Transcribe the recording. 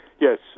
Yes